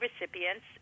recipients